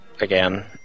again